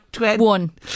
One